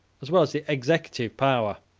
as well as the executive power.